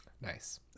Nice